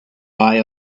buy